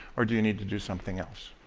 or do you need to do something else?